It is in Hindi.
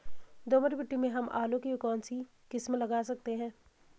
दोमट मिट्टी में हम आलू की कौन सी किस्म लगा सकते हैं?